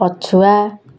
ପଛୁଆ